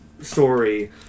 story